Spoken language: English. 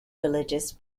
religious